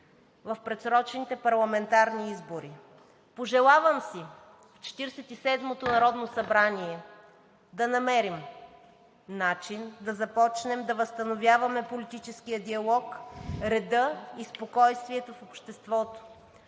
в предсрочните парламентарни избори. Пожелавам си в Четиридесет и седмото народно събрание да намерим начин да започнем да възстановяваме политическия диалог, реда и спокойствието в обществото